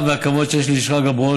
עם כל ההערכה והכבוד שיש לי אל שרגא ברוש,